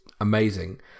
amazing